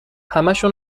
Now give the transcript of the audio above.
همشو